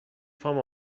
پام